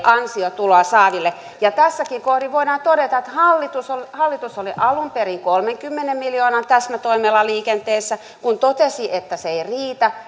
ansiotuloa saaville tässäkin kohdin voidaan todeta että hallitus oli alun perin kolmenkymmenen miljoonan täsmätoimella liikenteessä ja kun totesi että se ei